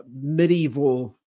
medieval